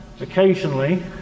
Occasionally